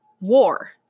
war